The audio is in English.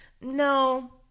No